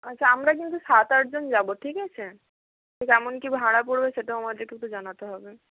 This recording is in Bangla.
আচ্ছা আমরা কিন্তু সাত আটজন যাবো ঠিক আছে কেমন কি ভাড়া পড়বে সেটাও আমাদের কিন্তু জানাতে হবে